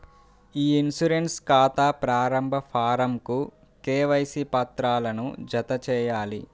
ఇ insurance ఖాతా ప్రారంభ ఫారమ్కు కేవైసీ పత్రాలను జతచేయాలి